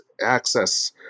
access